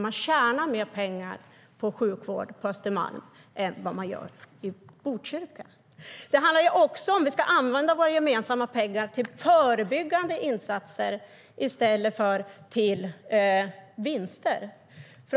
Man tjänar mer pengar på sjukvård på Östermalm än vad man gör i Botkyrka.Det handlar också om ifall vi ska använda våra gemensamma pengar till förebyggande insatser i stället för till vinster.